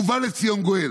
ובא לציון גואל.